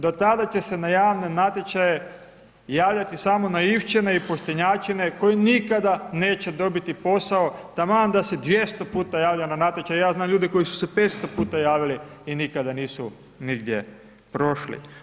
Do tada će se na javne natječaje javljati samo naivčine i poštenjačine, koji nikada neće dobiti posao, taman da se 200 puta javlja na natječaje, ja znam ljude koji su se 500 puta javili i nikada nisu nigdje prošli.